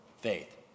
faith